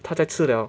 他再吃了